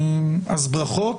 אז ברכות.